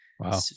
Wow